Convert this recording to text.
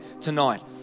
tonight